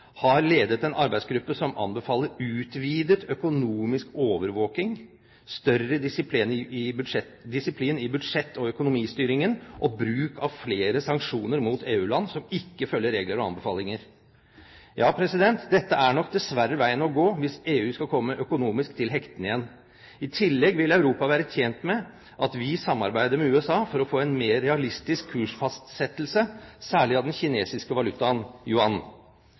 har ledet en arbeidsgruppe som anbefaler utvidet økonomisk overvåking, større disiplin i budsjett- og økonomistyringen og bruk av flere sanksjoner mot EU-land som ikke følger regler og anbefalinger. Ja, dette er nok dessverre veien å gå hvis EU skal komme økonomisk til hektene igjen. I tillegg vil Europa være tjent med at vi samarbeider med USA for å få en mer realistisk kursfastsettelse, særlig av den kinesiske valutaen